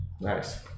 Nice